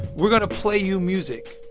we're going to play you music.